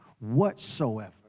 whatsoever